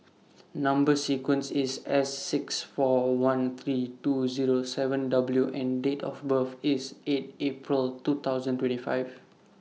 Number sequence IS S six four one three two Zero seven W and Date of birth IS eight April two thousand and twenty five